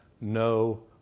no